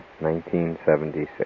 1976